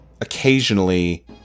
occasionally